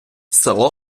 село